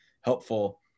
helpful